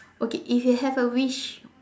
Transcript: okay if you have a wish